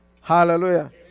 Hallelujah